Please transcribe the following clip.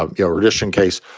um your audition case,